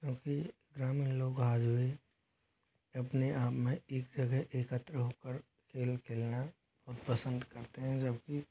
क्योंकि ग्रामीण लोग आज भी अपने आप में एक जगह एकत्र होकर खेल खेलना बहुत पसंद करते हैं जबकि